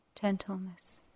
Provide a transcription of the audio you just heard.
gentleness